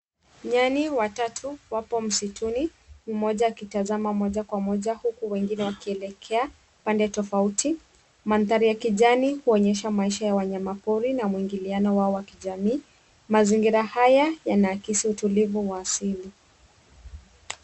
Nyani watatu wapo msituni , mmoja akitazama moja kwa moja huku wengine wakielekea pande tofauti . Mandhari ya kijani huonyesha maisha ya wanyamapori na mwingiliano wao wa kijamii. Mazingira haya yanaakisi utulivu wa asili.